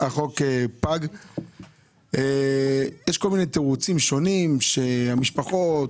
יש כל מיני תירוצים שונים שהמשפחות,